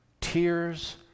tears